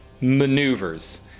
maneuvers